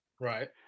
Right